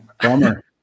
Bummer